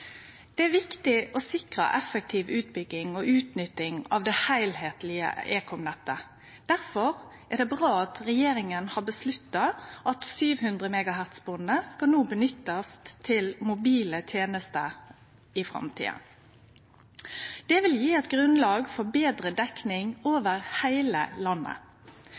Det er viktig å sikre effektiv utbygging og utnytting av det heilskaplege ekomnettet. Difor er det bra at regjeringa har beslutta at 700 MHz-bandet skal nyttast til mobile tenester i framtida. Det vil gje eit grunnlag for betre dekning over heile landet.